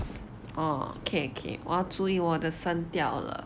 orh okay okay 我要注意我的声调了